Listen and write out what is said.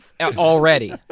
already